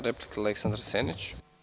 Replika, Aleksandar Senić.